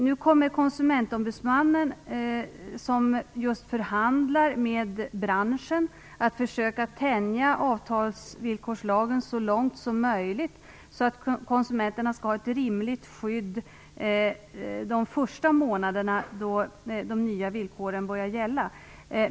Nu kommer konsumentombudsmannen som just förhandlar med branschen att försöka tänja avtalsvillkorslagen så långt som möjligt så att konsumenterna skall ha ett rimligt skydd de första månaderna som de nya villkoren gäller.